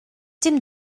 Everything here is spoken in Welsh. dim